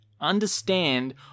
understand